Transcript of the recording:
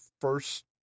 first